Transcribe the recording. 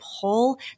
pull